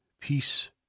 peace